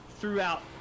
throughout